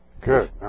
Good